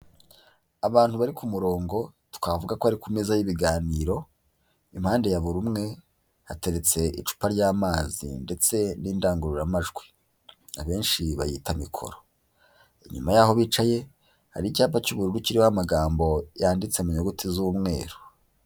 Abantu bari ku murongo twavuga ko ari ku meza y'ibiganiro, impande ya buri umwe hateretse icupa ry'amazi ndetse n'indangururamajwi. Abenshi bayita mikoro. Inyuma y'aho bicaye, hari icyapa cy'ubururu kiriho amagambo yanditse mu nyuguti z'umweru.